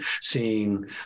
seeing